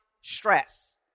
stress